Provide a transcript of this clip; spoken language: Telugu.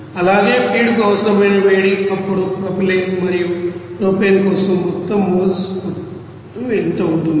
అలాగే ఫీడ్కు అవసరమైన వేడి అప్పుడు ప్రొపైలిన్ మరియు ప్రొపేన్ కోసం మొత్తం మోల్స్ మొత్తం ఎంత ఉంటుంది